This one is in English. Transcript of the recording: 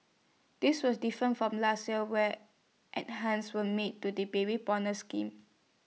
this was different from last year where enhancements were made to the Baby Bonus scheme